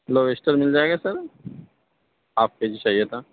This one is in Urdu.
لوبستر مِل جائیں گے سر ہاف کے جی چاہیے تھا